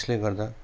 त्यसले गर्दा